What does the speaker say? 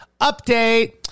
update